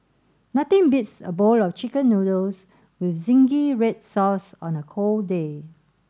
nothing beats a bowl of chicken noodles with zingy red sauce on a cold day